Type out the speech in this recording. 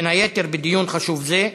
בין היתר בדיון חשוב זה,